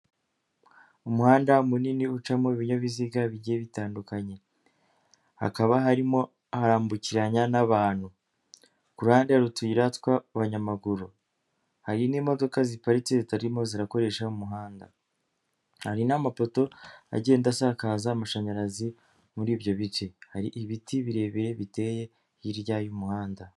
Umuhanda munini ucamo ibinyabiziga bigiye bitandukanye, hakaba harimo arambukiranya n'abantu ku rundi ruhande rw'abanyamaguru. Hari n'imodoka ziparitse zitarimo zirakoresha umuhanda. Hari n'amapoto agenda asakaza amashanyarazi muri ibyo bice. Hari ibiti birebire biteye hirya y'umuhanda.